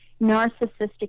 narcissistic